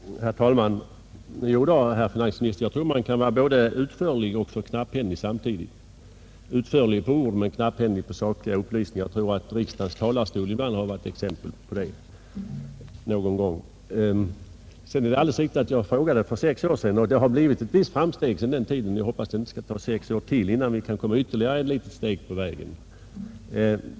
Herr talman! Jodå, herr finansminister, man kan samtidigt vara både för utförlig och för knapphändig — utförlig i fråga om ord men knapphändig i fråga om sakliga upplysningar; jag tror att kammarens talarstol någon gång har givit exempel på det. Det är alldeles riktigt att jag ställde samma fråga för sex år sedan, och det har gjorts vissa framsteg sedan dess. Jag hoppas att det inte skall dröja ytterligare sex år innan vi kan komma ännu ett steg på vägen.